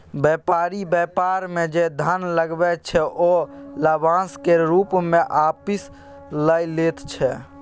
बेपारी बेपार मे जे धन लगबै छै ओ लाभाशं केर रुप मे आपिस लए लैत छै